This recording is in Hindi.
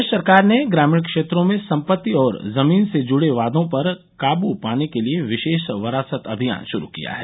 प्रदेश सरकार ने ग्रामीण क्षेत्रों में संपत्ति और जमीन से जुड़े वादों पर काबू पाने के लिए विशेष वरासत अभियान शुरू किया है